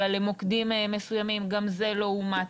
אלא למוקדים מסוימים גם זה לא אומץ.